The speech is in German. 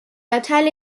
erteile